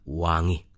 wangi